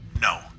No